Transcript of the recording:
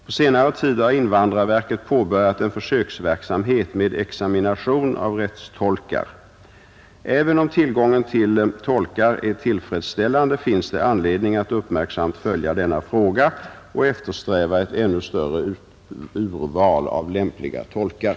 På senare tid har invandrarverket påbörjat en försöksverksam het med examination av rättstolkar. Även om tillgången på tolkar är tillfredsställande finns det anledning att uppmärksamt följa denna fråga och eftersträva ett ännu större urval av lämpliga tolkar.